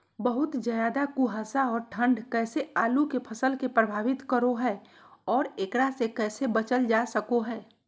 बहुत ज्यादा कुहासा और ठंड कैसे आलु के फसल के प्रभावित करो है और एकरा से कैसे बचल जा सको है?